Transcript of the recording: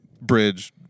bridge